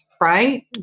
right